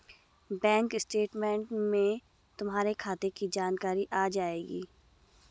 bank statement में तुम्हारे खाते की जानकारी आ जाएंगी